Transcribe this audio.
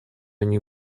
они